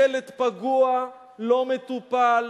ילד פגוע לא מטופל,